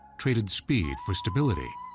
traded speed for stability,